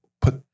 put